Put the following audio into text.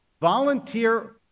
volunteer